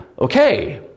okay